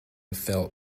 felt